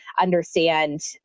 understand